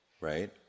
right